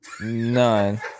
none